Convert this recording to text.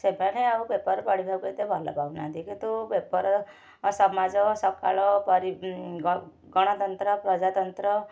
ସେମାନେ ଆଉ ପେପର ପଢ଼ିବାକୁ ଏତେ ଭଲ ପାଉ ନାହାନ୍ତି କିନ୍ତୁ ପେପର ଓ ସମାଜ ସକାଳ ପରି ଗଣତନ୍ତ୍ର ପ୍ରଜାତନ୍ତ୍ର